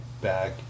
back